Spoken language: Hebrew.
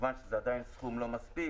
כמובן שזה עדיין סכום לא מספיק,